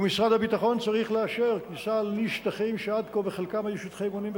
ומשרד הביטחון צריך לאשר כניסה לשטחים שעד כה בחלקם היו שטחי אימונים,